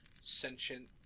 sentient